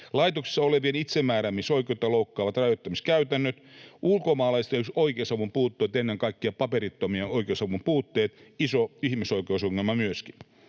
Laitoksissa olevien itsemääräämisoikeutta loukkaavat rajoittamiskäytännöt. Ulkomaalaisten oikeusavun puutteet, ennen kaikkea paperittomien oikeusavun puutteet — iso ihmisoikeusongelma myöskin.